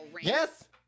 yes